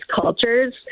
cultures